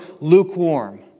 lukewarm